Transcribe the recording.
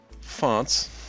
fonts